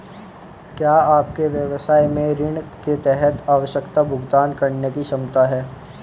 क्या आपके व्यवसाय में ऋण के तहत आवश्यक भुगतान करने की क्षमता है?